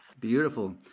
Beautiful